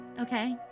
Okay